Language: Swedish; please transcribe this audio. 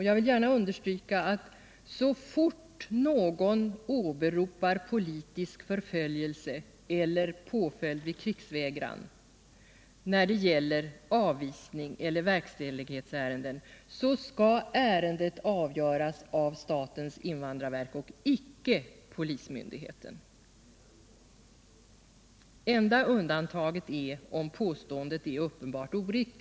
Jag vill gärna understryka att så fort någon åberopar förföljelse eller påföljd vid krigsvägran, när det gäller avvisningseller verkställighetsärenden, så skall ärendet avgöras av statens invandrarverk och inte av polismyndigheten. Enda undantaget är, om påståendet är uppenbart oriktigt.